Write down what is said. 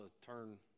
turn